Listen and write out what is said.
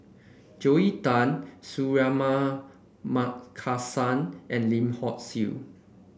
Joel Tan Suratman Markasan and Lim Hock Siew